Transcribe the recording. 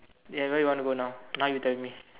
ya where do you wanna go now now you tell me